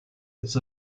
its